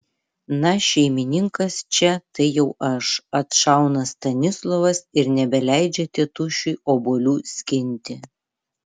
na šeimininkas čia tai jau aš atšauna stanislovas ir nebeleidžia tėtušiui obuolių skinti